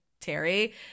Terry